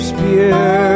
Spear